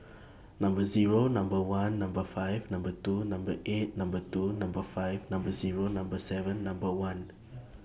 Number Zero Number one Number five Number two Number eight Number two Number five Number Zero Number seven Number one